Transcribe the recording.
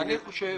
חושב,